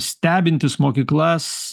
stebintys mokyklas